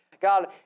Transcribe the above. God